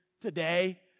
today